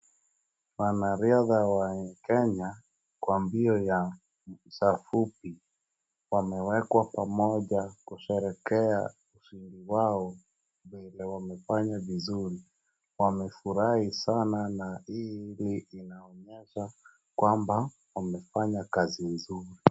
Wanariadha wa Kenya, kwa mbio ya mita fupi, wamewekwa pamoja kusherehekea ushindi wao, vile wamefanya vizuri. Wamefurahi sana na hii inaonyesha kwamba, wamefanya kazi nzuri.